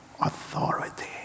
authority